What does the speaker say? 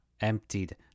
emptied